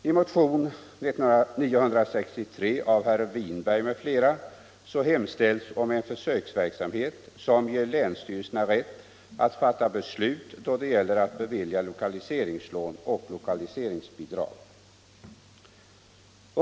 I motionen 963 av herr Winberg m.fl. hemställs om en försöksverksamhet som ger länsstyrelserna rätt att fatta beslut då det gäller att bevilja lokaliseringslån och lokaliseringsbidrag.